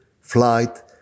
flight